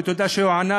ותודה שהוא ענה,